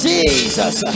Jesus